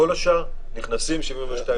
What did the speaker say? כל השאר נכנסים 72 שעות.